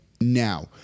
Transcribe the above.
now